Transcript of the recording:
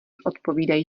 odpovídají